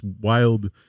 wild